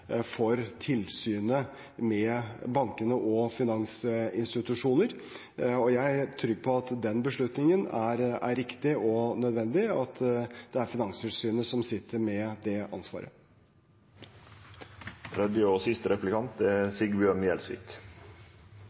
for tilsynet med banker og finansinstitusjoner, og jeg er trygg på at det er en riktig og nødvendig beslutning at det er Finanstilsynet som sitter med det